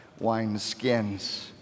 wineskins